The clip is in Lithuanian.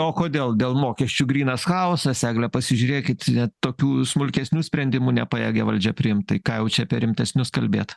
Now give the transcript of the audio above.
o kodėl dėl mokesčių grynas chaosas egle pasižiūrėkit net tokių smulkesnių sprendimų nepajėgia valdžia priimt tai ką jau čia apie rimtesnius kalbėt